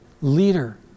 leader